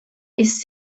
ist